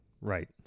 Right